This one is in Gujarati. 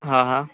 હા હા